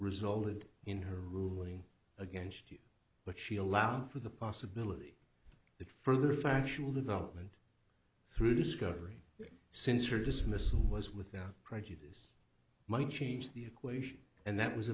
resulted in her room leaning against you but she allowed for the possibility that further factual development through discovery since her dismissal was without prejudice might change the equation and that was